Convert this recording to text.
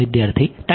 વિદ્યાર્થી ટાઈમ